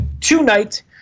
tonight